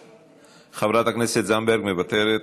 מוותרת,